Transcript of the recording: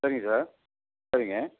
சரிங்க சார் சரிங்க